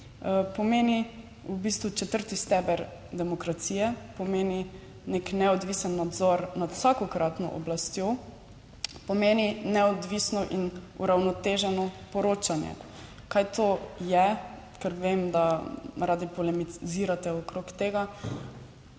Pomeni v bistvu četrti steber demokracije, pomeni nek neodvisen nadzor nad vsakokratno oblastjo, pomeni neodvisno in uravnoteženo poročanje. Kaj to je, ker vem, da radi polemizirate okrog tega?